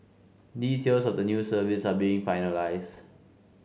details of the new service are being finalised